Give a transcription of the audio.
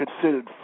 considered